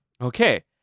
Okay